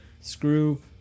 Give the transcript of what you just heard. screw